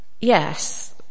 yes